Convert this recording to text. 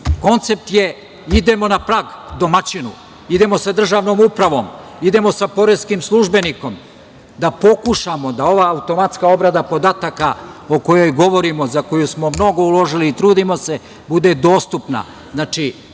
koncept je – idemo na prag domaćinu, idemo sa državnom upravom, idemo sa poreskim službenikom, da pokušamo da ova automatska obrada podataka o kojoj govorimo, za koju smo mnogo uložili i trudimo se bude dostupna.